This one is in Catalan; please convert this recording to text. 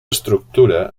estructura